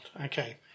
Okay